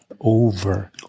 over